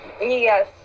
Yes